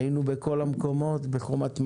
היינו בכל המקומות, בחומת מגן,